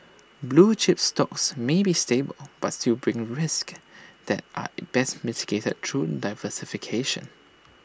blue chip stocks may be stable but still brings risks that are best mitigated through diversification